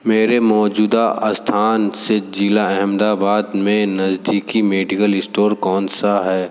मेरे मौजूदा स्थान से ज़िला अहमदाबाद में नज़दीकी मेडिकल स्टोर कौन सा है